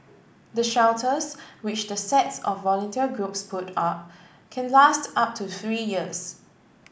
the shelters which the sets of volunteer groups put up can last up to three years